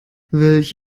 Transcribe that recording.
welch